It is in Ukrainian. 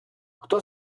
хто